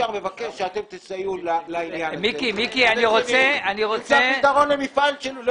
השכל הישר מבקש שאתם תסייעו לעניין הזה ויהיה פתרון למפעל.